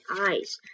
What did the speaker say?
eyes